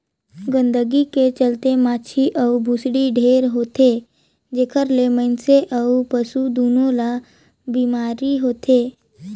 गंदगी के चलते माछी अउ भुसड़ी ढेरे होथे, जेखर ले मइनसे अउ पसु दूनों ल बेमारी होथे